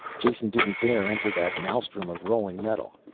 jason didn't dare enter that maelstrom of rolling metal.